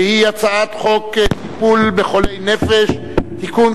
שהיא הצעת חוק טיפול בחולי נפש (תיקון,